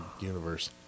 universe